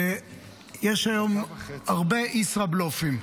יש היום הרבה ישראבלופים.